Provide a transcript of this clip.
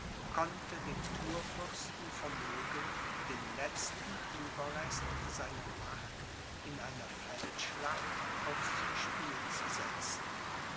konnte den kurfürsten vermögen den letzten ueberrest seiner macht in einer feldschlacht aufs spiel zu setzen